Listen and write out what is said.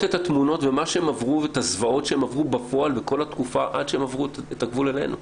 את התמונות ואת הזוועות שהן עברו כל התקופה עד שהן עברו את הגבול אלינו.